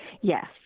Yes